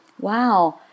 wow